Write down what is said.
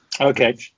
okay